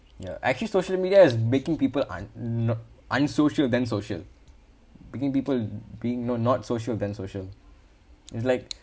ya actually social media is making people un~ no unsocial than social bringing people being not not social than social is like